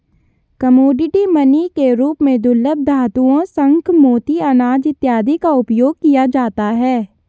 commodity money के रूप में दुर्लभ धातुओं शंख मोती अनाज इत्यादि का उपयोग किया जाता है